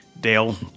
Dale